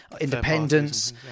independence